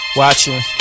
watching